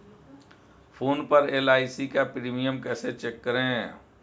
Phone पर LIC का premium कैसे चेक करें?